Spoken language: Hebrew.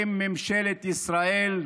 עם ממשלת ישראל,